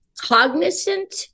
cognizant